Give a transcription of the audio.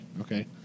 okay